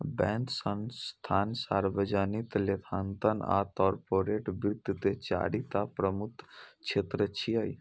bank, संस्थान, सार्वजनिक लेखांकन आ कॉरपोरेट वित्त के चारि टा प्रमुख क्षेत्र छियै